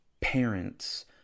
parents